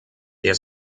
der